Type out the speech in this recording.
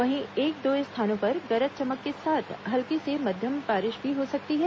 वहीं एक दो स्थानों पर गरज चमक के साथ हल्की से मध्यम बारिश भी हो सकती है